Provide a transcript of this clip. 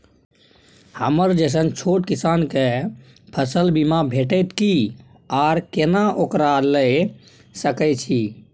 हमरा जैसन छोट किसान के फसल बीमा भेटत कि आर केना ओकरा लैय सकैय छि?